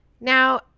Now